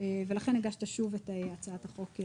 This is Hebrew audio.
לכן הגשת שוב את הצעת החוק.